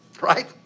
Right